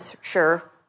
sure